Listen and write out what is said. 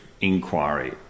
inquiry